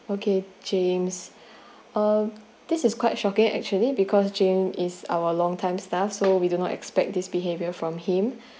okay james um this is quite shocking actually because james is our longtime staff so we did not expect this behavior from him